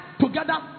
together